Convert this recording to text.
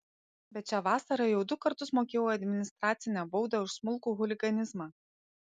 bet šią vasarą jau du kartus mokėjau administracinę baudą už smulkų chuliganizmą